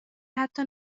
حتی